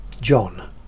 John